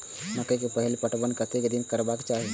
मकेय के पहिल पटवन कतेक दिन में करबाक चाही?